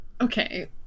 Okay